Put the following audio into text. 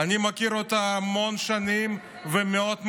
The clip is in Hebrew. אני מכיר אותך המון שנים ומאוד מעריך.